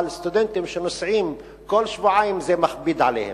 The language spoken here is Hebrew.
אבל סטודנטים שנוסעים כל שבועיים, זה מכביד עליהם.